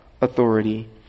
authority